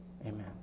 amen